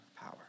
power